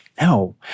no